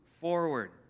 forward